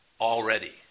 already